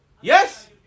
Yes